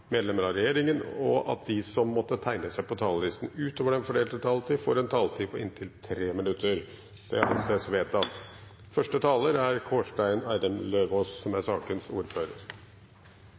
medlemmer av regjeringen, og at de som måtte tegne seg på talerlisten utover den fordelte taletid, får en taletid på inntil 3 minutter. – Det anses vedtatt.